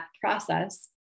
process